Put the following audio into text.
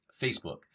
Facebook